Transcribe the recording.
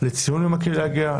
לציון יום הקהילה הגאה,